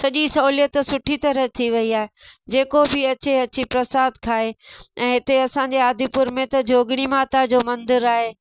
सॼी सहुलियतु सुठी तरह थी वयी आहे जेको बि अचे अची प्रसाद खाए ऐं हिते असांजे आदिपुर में त जोगणी माता जो मंदर आहे